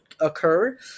occur